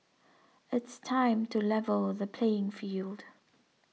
it's time to level the playing field